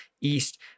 east